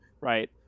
right